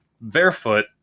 barefoot